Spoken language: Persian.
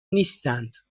نیستند